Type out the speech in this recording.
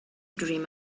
dream